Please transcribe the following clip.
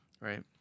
Right